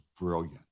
brilliant